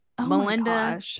Melinda